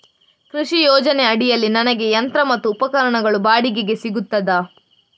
ಕೃಷಿ ಯೋಜನೆ ಅಡಿಯಲ್ಲಿ ನನಗೆ ಯಂತ್ರ ಮತ್ತು ಉಪಕರಣಗಳು ಬಾಡಿಗೆಗೆ ಸಿಗುತ್ತದಾ?